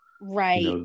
right